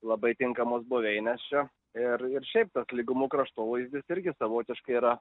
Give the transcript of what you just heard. labai tinkamos buveinės čia ir ir šiaip tas lygumų kraštovaizdis irgi savotiškai yra